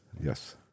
Yes